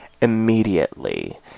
immediately